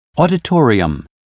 Auditorium